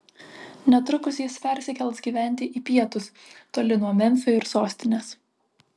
netrukus jis persikels gyventi į pietus toli nuo memfio ir sostinės